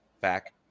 back